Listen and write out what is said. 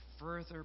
further